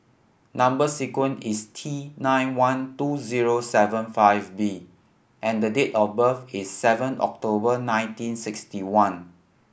number sequence is T nine one two zero seven five B and the date of birth is seven October nineteen sixty one